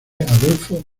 adolfo